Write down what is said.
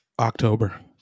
October